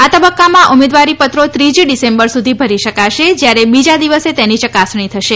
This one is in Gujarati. આ તબક્કામાં ઉમેદવારી પત્રો ત્રીજી ડિસેમ્બર સુધી ભરી શકાશે જ્યારે તેની બીજા દિવસે તેની યકાસણી થશે